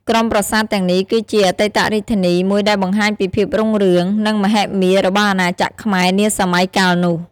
ក្រុមប្រាសាទទាំងនេះគឺជា អតីតរាជធានី មួយដែលបង្ហាញពីភាពរុងរឿង និងមហិមារបស់អាណាចក្រខ្មែរនាសម័យកាលនោះ។